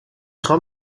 خوام